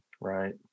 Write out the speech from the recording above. right